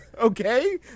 okay